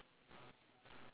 ya